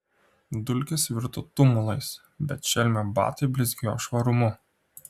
dulkės virto tumulais bet šelmio batai blizgėjo švarumu